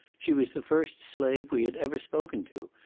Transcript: she was the first slave we had ever spoken to,